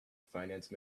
finance